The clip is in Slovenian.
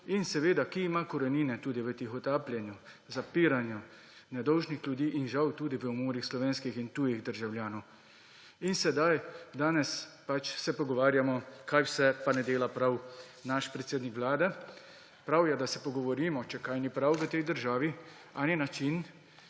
ima seveda korenine tudi v tihotapljenju, zapiranju nedolžnih ljudi in žal tudi v umorih slovenskih in tujih državljanov. In sedaj se danes pogovarjamo, kaj vse pa ne dela prav naš predsednik Vlade. Prav je, da se pogovorimo, če kaj ni prav v tej državi, a ne način,